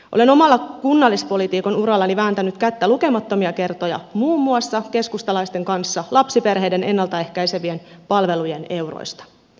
olen omalla kunnallispoliitikon urallani vääntänyt kättä lukemattomia kertoja muun muassa keskustalaisten kanssa lapsiperheiden ennalta ehkäisevien palvelujen euroista